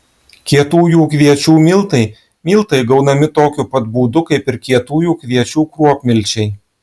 kietųjų kviečių miltai miltai gaunami tokiu pat būdu kaip ir kietųjų kviečių kruopmilčiai